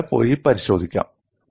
നിങ്ങൾക്ക് പോയി പരിശോധിക്കാം